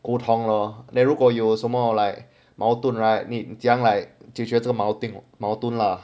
沟通咯如果有什么 like 矛盾你什样 like 解诀这个矛盾